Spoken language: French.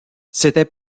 c’était